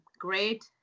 great